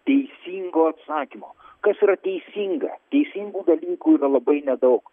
teisingo atsakymo kas yra teisinga teisingų dalykų yra labai nedaug